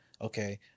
okay